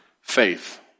faith